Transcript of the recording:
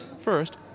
First